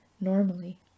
Normally